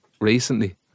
recently